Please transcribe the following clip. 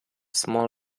small